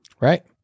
Right